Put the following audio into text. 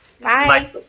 Bye